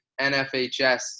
NFHS